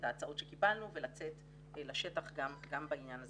ההצעות שקיבלנו ולצאת לשטח גם בעניין הזה.